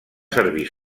servir